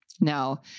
Now